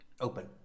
Open